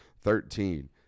Thirteen